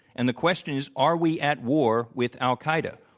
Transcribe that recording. and the question is, are we at war with al-qaeda?